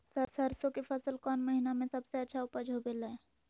सरसों के फसल कौन महीना में सबसे अच्छा उपज होबो हय?